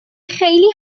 خیلی